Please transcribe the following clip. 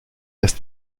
erst